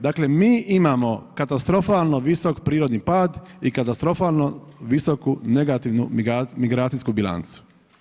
Dakle, mi imamo katastrofalno visok prirodni pad i katastrofalno visoku negativnu migracijsku bilancu.